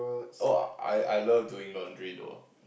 oh I I love doing laundry though